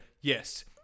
yes